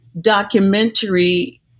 documentary